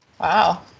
Wow